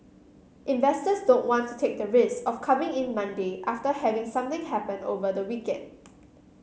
investors don't want to take the risk of coming in Monday after having something happen over the weekend